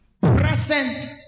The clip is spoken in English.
present